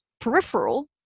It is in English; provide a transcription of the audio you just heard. peripheral